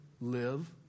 live